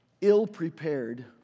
ill-prepared